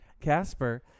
Casper